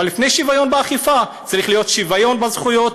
אבל לפני שוויון באכיפה צריך להיות שוויון בזכויות,